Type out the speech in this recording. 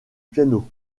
piano